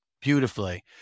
beautifully